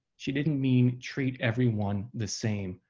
she didn't mean treat everyone the same.